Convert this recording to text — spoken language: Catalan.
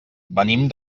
venim